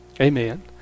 Amen